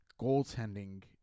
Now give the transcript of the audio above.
goaltending